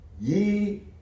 ye